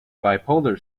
bipolar